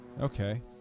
Okay